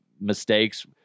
mistakes